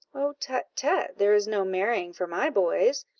oh, tut, tut, there is no marrying for my boys.